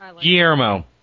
Guillermo